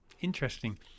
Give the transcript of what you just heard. interesting